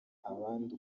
abandi